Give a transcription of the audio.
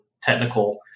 technical